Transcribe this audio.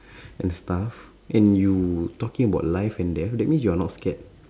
and stuff and you talking about life and death that means you're not scared